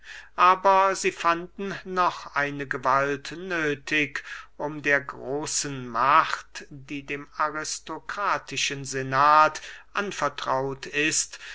aber sie fanden noch eine gewalt nöthig um der großen macht die dem aristokratischen senat anvertraut ist